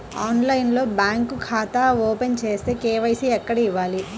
ఆన్లైన్లో బ్యాంకు ఖాతా ఓపెన్ చేస్తే, కే.వై.సి ఎక్కడ ఇవ్వాలి?